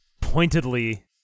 pointedly